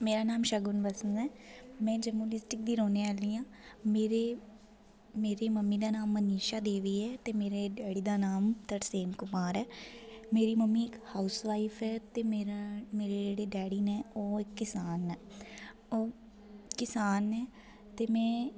मेरा नांऽ शगुन बस्सन ऐ में जम्मू डिस्ट्रिक्ट रौह्ने आह्ली आं मेरे मेरी मम्मी दा नाम मनीषा देवी ऐ ते मेरे डैडी दा नाम तरसेम कुमार ऐ मेरी मम्मी इक हाऊस वाइफ ऐ ते मेरा मेरे जेहड़े डैडी न ओह् इक किसान न ओह् किसान न ते में